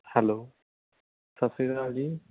hello ਸਤਿ ਸ਼੍ਰੀ ਅਕਾਲ ਜੀ